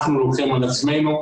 אנחנו לוקחים על עצמנו.